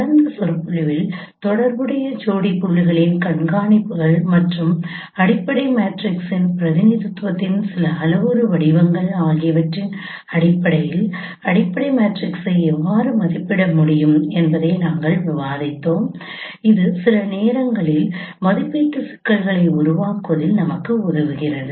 கடந்த சொற்பொழிவில் தொடர்புடைய ஜோடி புள்ளிகளின் கண்காணிப்புகள் மற்றும் அடிப்படை மேட்ரிக்ஸின் பிரதிநிதித்துவத்தின் சில அளவுரு வடிவங்கள் ஆகியவற்றின் அடிப்படையில் அடிப்படை மேட்ரிக்ஸ்களை எவ்வாறு மதிப்பிட முடியும் என்பதை நாங்கள் விவாதித்தோம் இது சில நேரங்களில் மதிப்பீட்டு சிக்கலை உருவாக்குவதில் நமக்கு உதவுகிறது